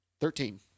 Thirteen